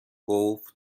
گفت